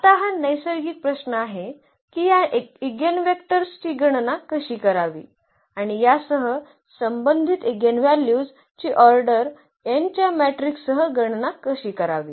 आता हा नैसर्गिक प्रश्न आहे की या ईगेनवेक्टर्स ची गणना कशी करावी आणि यासह संबंधित इगेनव्हल्यूज ची ऑर्डर n च्या मॅट्रिक्ससह गणना कशी करावी